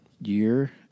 year